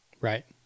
right